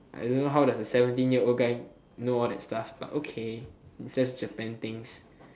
I don't know how does that a seventeen years old guy know all that stuff buy okay it's just japan things